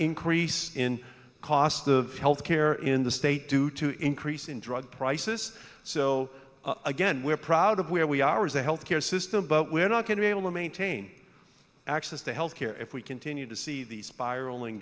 increase in cost of health care in the state due to increase in drug prices so again we're proud of where we are as a health care system but we're not going to be able to maintain access to health care if we continue to see these spiraling